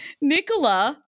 Nicola